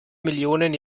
millionen